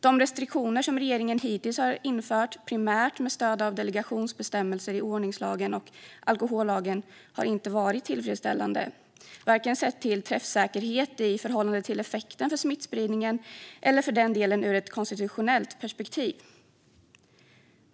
De restriktioner som regeringen hittills har infört, primärt med stöd av delegationsbestämmelser i ordningslagen och alkohollagen, har inte varit tillfredsställande, vare sig sett till träffsäkerhet i förhållande till effekten på smittspridningen eller för den delen ur ett konstitutionellt perspektiv.